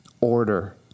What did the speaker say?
order